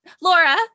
Laura